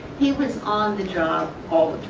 he was on the job all